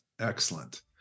Excellent